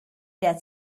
that